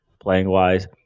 playing-wise